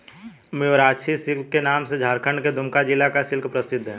Mayurakshi silk के नाम से झारखण्ड के दुमका जिला का सिल्क प्रसिद्ध है